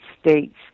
States